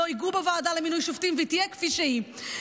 לא ייגעו בוועדה למינוי שופטים והיא תהיה כפי שהיא.